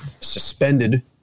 suspended